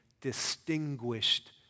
distinguished